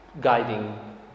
Guiding